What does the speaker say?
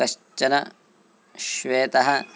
कश्चन श्वेतः